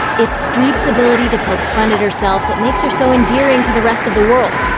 it's streep's ability to poke fun at herself that makes her so endearing to the rest of the world.